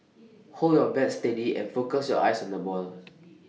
hold your bat steady and focus your eyes on the ball